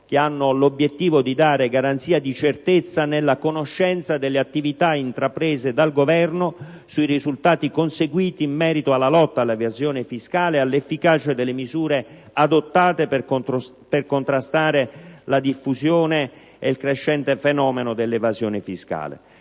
che hanno l'obiettivo di dare garanzia di certezza rispetto alle attività intraprese dal Governo e i risultati conseguiti nella lotta all'evasione fiscale, nonché sull'efficacia delle misure adottate per contrastare la diffusione e il crescente fenomeno dell'evasione fiscale.